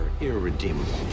irredeemable